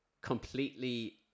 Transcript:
completely